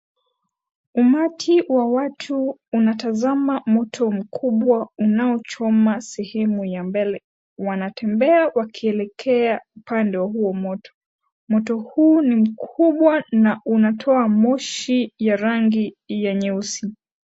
Umati wa watu unatazama moto mkubwa unaochoma sehemu ya mbele. Wanatembea wakielekea upande huo moto. Moto huu ni mkubwa na unatoa moshi ya rangi ya nyeusi.